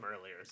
earlier